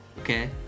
okay